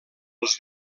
els